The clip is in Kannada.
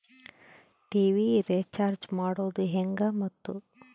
ಟಿ.ವಿ ರೇಚಾರ್ಜ್ ಮಾಡೋದು ಹೆಂಗ ಮತ್ತು?